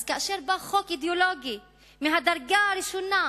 אז כאשר בא חוק אידיאולוגי מהדרגה הראשונה,